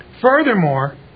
Furthermore